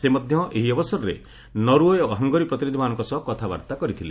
ସେ ମଧ୍ୟ ଏହି ଅବସରରେ ନରଓ୍ବେ ଓ ହଙ୍ଗେରୀ ପ୍ରତିନିଧିମାନଙ୍କ ସହ କଥାବାର୍ତ୍ତା କରିଥିଲେ